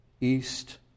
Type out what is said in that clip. east